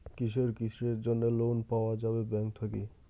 কিসের কিসের জন্যে লোন পাওয়া যাবে ব্যাংক থাকি?